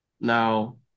Now